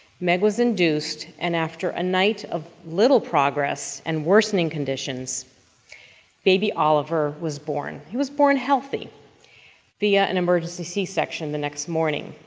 meg was induced, and after a night of little progress and worsening conditions baby oliver was born. he was born healthy via an emergency c-section the next morning.